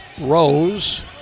Rose